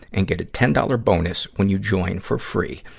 and get a ten dollar bonus when you join for free.